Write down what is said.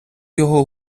його